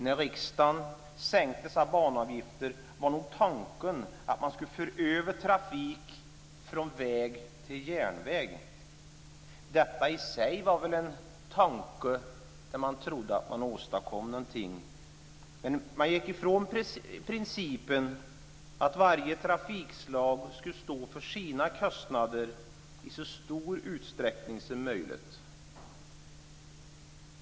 När riksdagen sänkte dessa banavgifter var tanken att man skulle föra över trafik från väg till järnväg. Med detta trodde man sig väl åstadkomma någonting, men man gick ifrån principen att varje trafikslag skulle stå för sina kostnader i så stor utsträckning som möjligt.